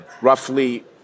Roughly